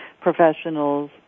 professionals